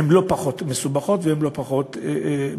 הן לא פחות מסובכות והן לא פחות מכובדות.